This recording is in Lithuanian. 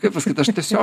kaip pasakyt aš tiesiog